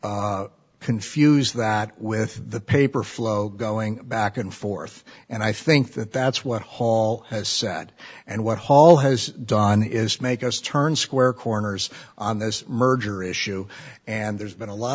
confused that with the paper flow going back and forth and i think that that's what hall has said and what hall has done is make us turn square corners on this merger issue and there's been a lot